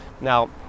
Now